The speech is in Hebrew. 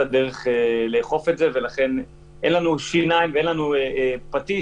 הדרך לאכוף את זה ולכן אין לנו שיניים ואין לנו פטיש